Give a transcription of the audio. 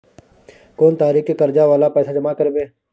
कोन तारीख के कर्जा वाला पैसा जमा करबे?